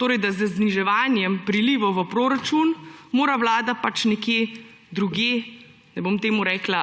Torej, da z zniževanjem prilivov v proračun mora Vlada pač nekje drugje, ne bom temu rekla